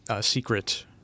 secret